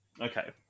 Okay